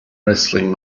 wrestling